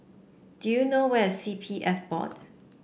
do you know where is C P F Board